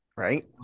Right